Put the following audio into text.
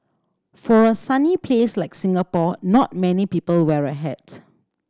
for a sunny place like Singapore not many people wear a hat